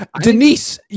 Denise